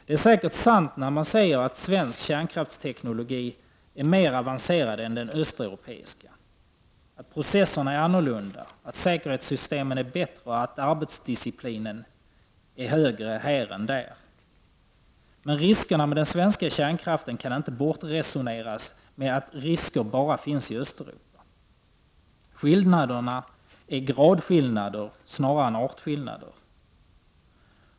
Det är säkert sant när man säger att svensk kärnkraftsteknologi är mera avancerad än den östeuropeiska, att processerna är annorlunda, att säkerhetssystemen är bättre och att arbetsdisciplinen är högre här. Men riskerna med den svenska kärnkraften kan inte bortresoneras med att risker bara skulle finnas i Östeuropa. Skillnaderna är gradskillnader snarare än artskillnader.